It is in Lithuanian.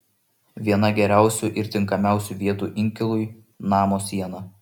viena geriausių ir tinkamiausių vietų inkilui namo siena